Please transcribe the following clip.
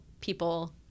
people